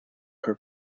her